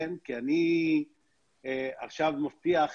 כי אני עכשיו מבטיח